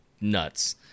nuts